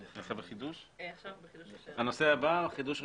הנושא הבא, חידוש רישיונות.